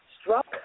Struck